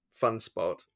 Funspot